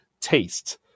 taste